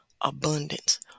Abundance